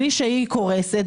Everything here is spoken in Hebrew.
בלי שהיא קורסת,